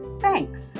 Thanks